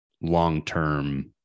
long-term